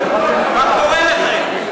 זה מחמאה בשבילך.